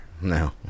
No